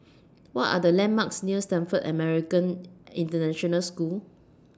What Are The landmarks near Stamford American International School